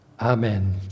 Amen